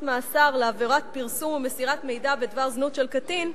מאסר לעבירת פרסום ומסירת מידע בדבר זנות של קטין,